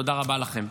תודה רבה לכם.